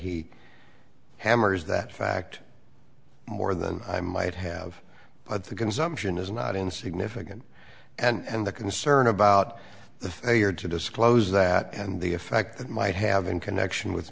he hammers that fact more than i might have but the consumption is not insignificant and the concern about the failure to disclose that and the effect it might have in connection with